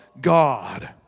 God